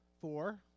four